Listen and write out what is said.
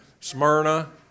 Smyrna